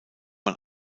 man